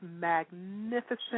magnificent